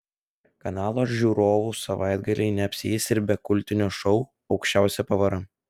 kanalo žiūrovų savaitgaliai neapsieis ir be kultinio šou aukščiausia pavara